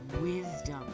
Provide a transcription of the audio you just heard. wisdom